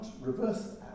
reverse